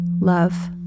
love